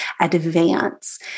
advance